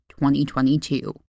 2022